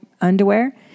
underwear